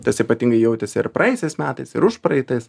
tas ypatingai jautėsi ir praėjusiais metais ir užpraeitais